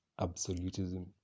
absolutism